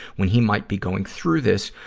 when he might be going through this.